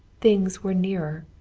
things were nearer.